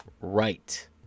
Right